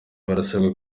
barasabwa